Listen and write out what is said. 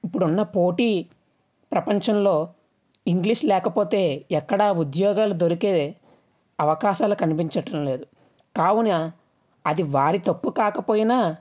ఇప్పుడున్న పోటీ ప్రపంచంలో ఇంగ్లీష్ లేకపోతే ఎక్కడ ఉద్యోగాలు దొరికే అవకాశాలు కనిపించడం లేదు కావున అది వారి తప్పు కాకపోయినా